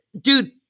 dude